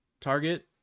target